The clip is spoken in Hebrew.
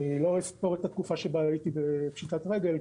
אני לא אספור את התקופה שבה הייתי בפשיטת רגל,